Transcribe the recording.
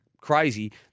crazy